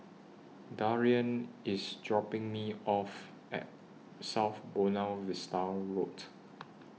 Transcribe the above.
Darian IS dropping Me off At South Buona Vista Road